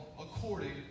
according